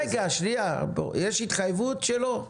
רגע, שנייה, יש התחייבות שלו?